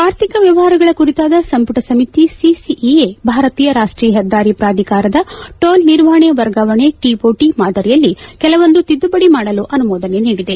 ಆರ್ಥಿಕ ಮ್ಲವಹಾರಗಳ ಕುರಿತಾದ ಸಂಪುಟ ಸಮಿತಿ ಸಿಸಿಇಎ ಭಾರತೀಯ ರಾಷ್ಸೀಯ ಹೆದ್ದಾರಿ ಪ್ರಾಧಿಕಾರದ ಟೋಲ್ ನಿರ್ವಹಣೆ ವರ್ಗಾವಣೆ ಟಒಟಿ ಮಾದರಿಯಲ್ಲಿ ಕೆಲವೊಂದು ತಿದ್ಗುಪಡಿ ಮಾಡಲು ಅನುಮೋದನೆ ನೀಡಿದೆ